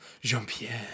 Jean-Pierre